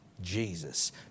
Jesus